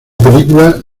película